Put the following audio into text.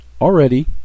already